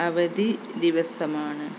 അവധി ദിവസമാണ്